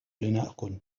لنأكل